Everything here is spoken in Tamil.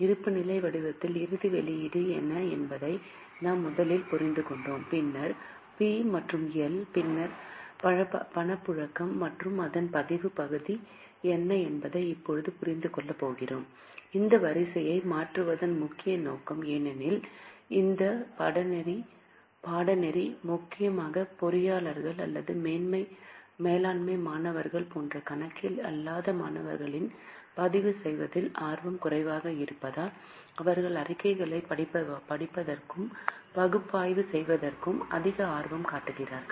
இருப்புநிலை வடிவத்தில் இறுதி வெளியீடு என்ன என்பதை நாம் முதலில் புரிந்துகொண்டோம் பின்னர் பி மற்றும் எல் பின்னர் பணப்புழக்கம் மற்றும் அதன் பதிவு பகுதி என்ன என்பதை இப்போது புரிந்து கொள்ளப் போகிறோம் இந்த வரிசையை மாற்றுவதன் முக்கிய நோக்கம் ஏனெனில் இந்த பாடநெறி முக்கியமாக பொறியாளர்கள் அல்லது மேலாண்மை மாணவர்கள் போன்ற கணக்கியல் அல்லாத மாணவர்களுக்கு பதிவு செய்வதில் ஆர்வம் குறைவாக இருப்பதால் அவர்கள் அறிக்கைகளைப் படிப்பதற்கும் பகுப்பாய்வு செய்வதற்கும் அதிக ஆர்வம் காட்டுகிறார்கள்